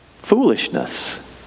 foolishness